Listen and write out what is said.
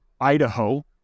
Idaho